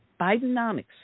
Bidenomics